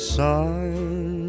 sign